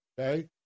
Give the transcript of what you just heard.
Okay